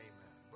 Amen